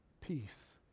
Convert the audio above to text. Peace